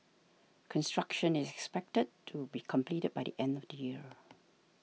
construction is expected to be completed by the end of next year